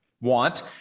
want